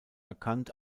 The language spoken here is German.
erkannt